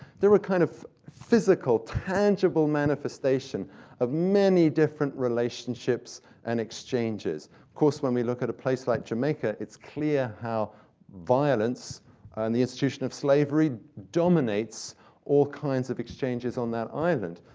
they're a kind of physical, tangible manifestation of many different relationships and exchanges. of course, when we look at a place like jamaica, it's clear how violence and the institution of slavery dominates all kinds of exchanges on that island.